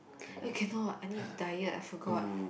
eh cannot I need to diet I forgot